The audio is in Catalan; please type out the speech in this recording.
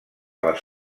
les